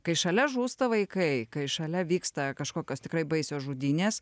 kai šalia žūsta vaikai kai šalia vyksta kažkokios tikrai baisios žudynės